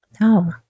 No